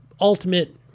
ultimate